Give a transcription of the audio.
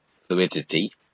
Fluidity